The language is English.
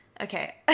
okay